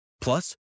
Plus